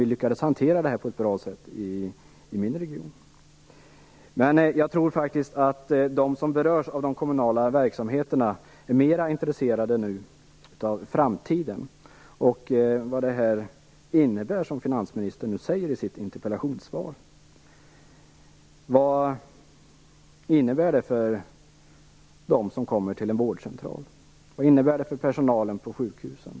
Vi lyckades hantera detta på ett bra sätt i min region. Jag tror faktiskt att de som berörs av de kommunala verksamheterna är mer intresserade av framtiden och av vad det som finansministern nu säger i sitt interpellationssvar. Vad innebär det för dem som kommer till en vårdcentral? Vad innebär det för personalen på sjukhusen?